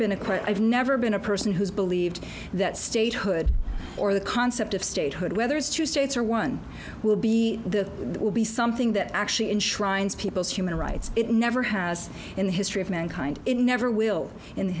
quite i've never been a person who's believed that statehood or the concept of statehood whether it's two states or one will be the will be something that actually enshrines people's human rights it never has in the history of mankind it never will in the